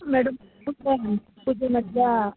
madam